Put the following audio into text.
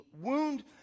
wound